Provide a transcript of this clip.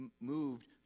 moved